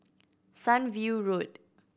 Sunview Road